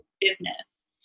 business